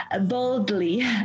boldly